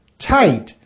tight